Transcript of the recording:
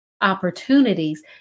opportunities